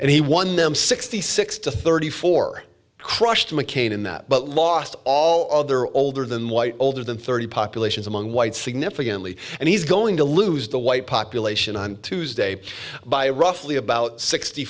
and he won them sixty six to thirty four crushed mccain in that but lost all other older than white older than thirty populations among whites significantly and he's going to lose the white population on tuesday by roughly about sixty